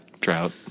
Drought